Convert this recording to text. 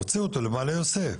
הוציאו אותו למעלה יוסף.